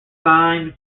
signed